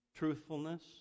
Truthfulness